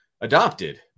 adopted